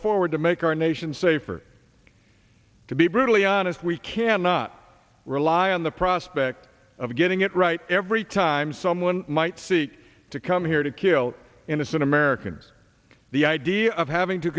forward to make our nation safer to be brutally honest we cannot rely on the prospect of getting it right every time someone might seek to come here to kill innocent americans the idea of having to